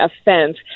offense